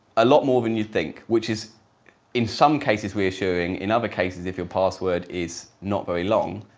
a lot more than you'd think, which, is in some cases reassuring. in other cases if your password is not very long,